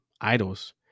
idols